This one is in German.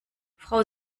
frau